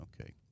Okay